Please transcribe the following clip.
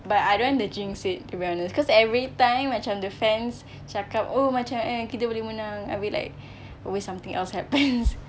but I don't want to jinx it to be honest because every time macam the fans cakap oh macam eh kita boleh menang abeh like always something else happens